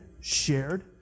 shared